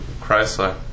Chrysler